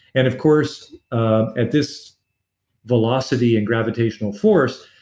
and, of course at this velocity and gravitational force,